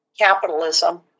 capitalism